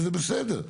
וזה בסדר,